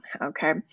Okay